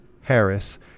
Harris